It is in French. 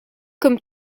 comme